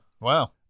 Wow